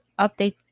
update